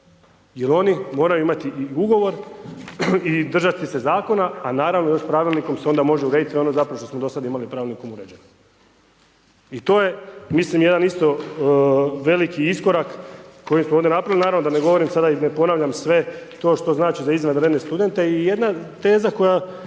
Jer oni moraju imati u ugovor i držati se zakona a naravno još pravilnikom se onda može urediti i ono što smo zapravo dosad imali pravilnikom uređeno. I to je mislim je sad isto veliki iskorak koji smo onda napravili, naravno da ne govorim sada i ne ponavljam sve to što znači za izvanredne studente i jedna teza koja